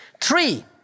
Three